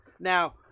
Now